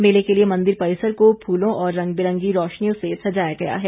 मेले के लिए मंदिर परिसर को फूलों और रंग बिरंगी रोशनियों से सजाया गया है